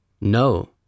No